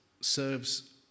serves